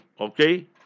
okay